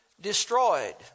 destroyed